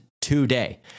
today